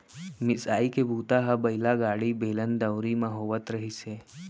मिसाई के बूता ह बइला गाड़ी, बेलन, दउंरी म होवत रिहिस हे